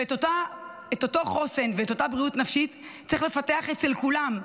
ואת אותו חוסן ואותה בריאות נפשית צריך לפתח אצל כולם,